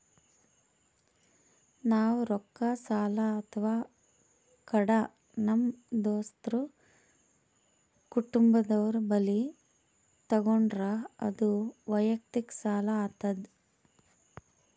ನಾವ್ ರೊಕ್ಕ ಸಾಲ ಅಥವಾ ಕಡ ನಮ್ ದೋಸ್ತರು ಕುಟುಂಬದವ್ರು ಬಲ್ಲಿ ತಗೊಂಡ್ರ ಅದು ವಯಕ್ತಿಕ್ ಸಾಲ ಆತದ್